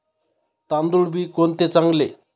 तांदूळ बी कोणते चांगले?